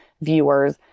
viewers